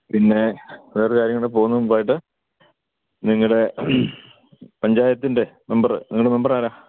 പിന്നേ വേറേ ഒരു കാര്യം കൂടി പോകുന്നതിന് മുമ്പായിട്ട് നിങ്ങളുടെ പഞ്ചായത്തിന്റെ മെമ്പറ് നിങ്ങളുടെ മെമ്പർ ആരാണ്